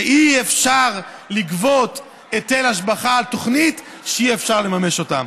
שאי-אפשר לגבות היטל השבחה על תוכנית שאי-אפשר לממש אותה.